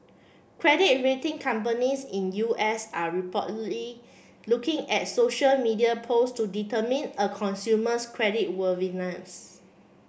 credit rating companies in U S are reportedly looking at social media posts to determine a consumer's credit worthiness